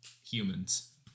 humans